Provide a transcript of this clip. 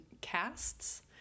casts